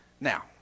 Now